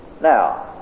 Now